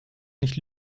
nicht